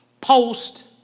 Post